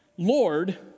Lord